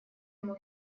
ему